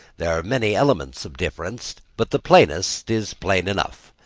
there are many elements of difference but the plainest is plain enough.